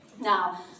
Now